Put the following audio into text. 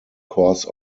course